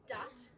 Dot